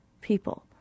people